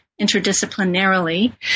interdisciplinarily